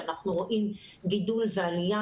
בו אנחנו רואים גידול ועלייה